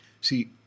See